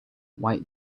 white